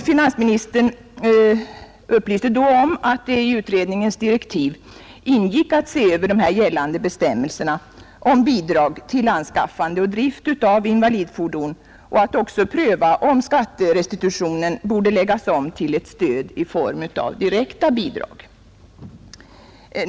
Finansministern upplyste då att det i utredningens direktiv ingick att se över de gällande bestämmelserna om bidrag till anskaffande och drift av invalidfordon och också pröva om skatterestitutionen borde läggas om till ett stöd i form av direkta bidrag.